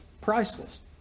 priceless